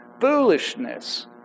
foolishness